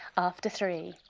after three.